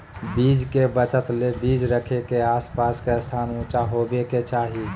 बीज के बचत ले बीज रखे के आस पास के स्थान ऊंचा होबे के चाही